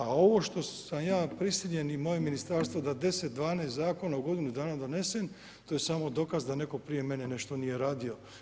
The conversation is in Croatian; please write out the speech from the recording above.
A ovo što sam ja prisiljen i moje ministarstvo da 10, 12 zakona u godinu dana donesem to je samo dokaz da netko prije mene nešto nije radio.